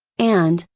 and,